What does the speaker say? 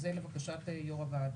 זה לבקשת יו"ר הוועדה.